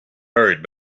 hurried